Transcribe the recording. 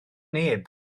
neb